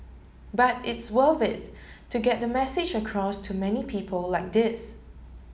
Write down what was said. but it's worth it to get the message across to many people like this